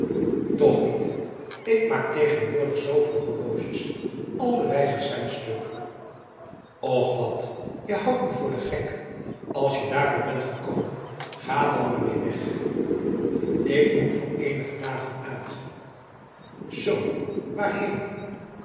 toch niet ik maak tegenwoordig zoveel horloges al de wijzers zijn stuk och wat je houdt me voor de gek als je daarvoor bent gekomen ga dan maar weer weg ik moet voor enige dagen uitf zo